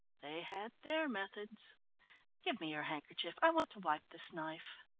they had their methods give me your handkerchief, i want to wipe this knife.